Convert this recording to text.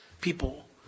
people